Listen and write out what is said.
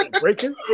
Breaking